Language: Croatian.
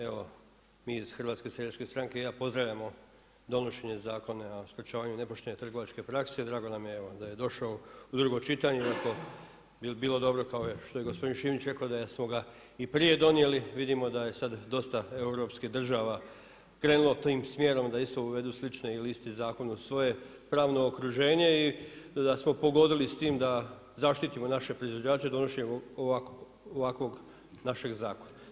Evo mi iz HSS-a i ja pozdravljamo donošenje Zakona o sprečavanju nepoštene trgovačke prakse, drago nam je da je došao u drugo čitanje iako bi bilo dobro kao što je gospodin Šimić rekao da smo ga i prije donijeli, vidimo da je sad dosta europskih država krenuli tim smjerom da isto uvedu slične ili stine zakone u svoje pravno okuženje i da smo pogodili s tim da zaštitimo naše proizvođače donošenjem ovakvog našeg zakona.